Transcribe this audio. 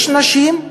יש נשים,